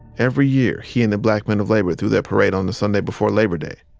every year, he and the black men of labor threw their parade on the sunday before labor day.